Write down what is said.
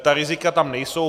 Ta rizika tam nejsou.